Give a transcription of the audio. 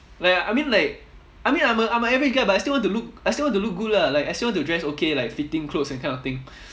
like I mean like I mean I'm a I'm a average guy but I still want to look I still want to look good lah like I still want to dress okay like fitting clothes and kind of thing